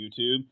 YouTube